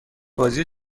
بازی